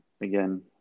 again